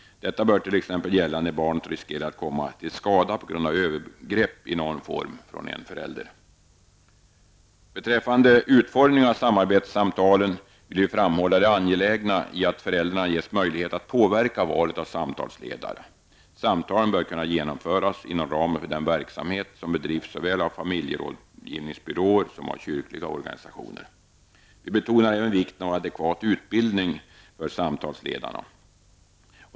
Detta bör t.ex. gälla när barnet riskerar att komma till skada på grund av övergrepp i någon form från en förälder. Beträffande utformningen av samarbetssamtalen vill vi framhålla det angelägna i att föräldrarna ges möjligheter att påverka valet av samtalsledare. Samtalen bör kunna genomföras inom ramen för den verksamhet som bedrivs såväl av familjerådgivningsbyråer som av kyrkliga organisationer. Vi betonar även vikten av adekvat utbildning för samtalsledare.